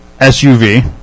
SUV